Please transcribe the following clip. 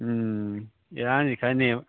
ꯎꯝ ꯏꯔꯥꯡꯁꯤ ꯈꯔ ꯅꯦꯝꯃ